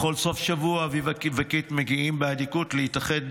בכל סוף שבוע אביבה וקית' מגיעים באדיקות להתארח,